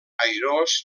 airós